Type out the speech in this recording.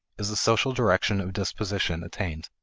is a social direction of disposition attained.